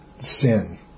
sin